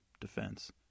defense